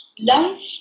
Life